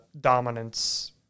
dominance